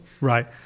right